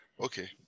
Okay